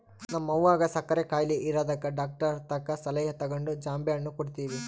ನಮ್ವಗ ಸಕ್ಕರೆ ಖಾಯಿಲೆ ಇರದಕ ಡಾಕ್ಟರತಕ ಸಲಹೆ ತಗಂಡು ಜಾಂಬೆಣ್ಣು ಕೊಡ್ತವಿ